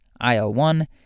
IL-1